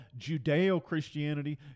Judeo-Christianity